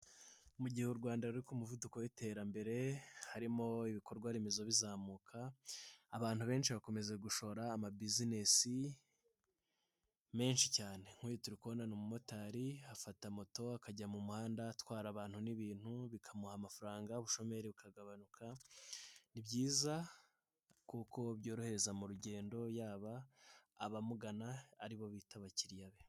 Mu gihe u Rwanda ruri ku muvuduko w'iterambere harimo ibikorwa remezo bizamuka, abantu benshi bakomeza gushora ama bizinesi menshi cyane, nk'uyu turi kubona ni umumotari afata moto akajya mu muhanda atwara abantu n'ibintu bikamuha amafaranga ubushomeri bukagabanuka, ni byiza kuko byorohereza mu rugendo yaba abamugana ari bo bita abakiriya be.